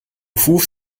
fuß